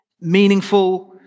meaningful